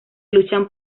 luchan